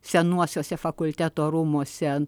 senuosiuose fakulteto rūmuose